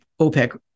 OPEC